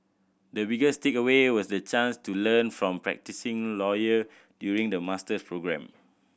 the biggest takeaway was the chance to learn from practising lawyers during the master programme